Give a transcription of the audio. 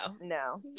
no